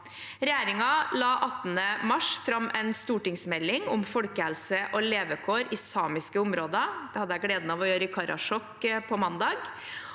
Regjeringen la 18. mars fram en stortingsmelding om folkehelse og levekår i samiske områder – det hadde jeg gleden av å gjøre i Karasjok på mandag